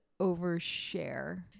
overshare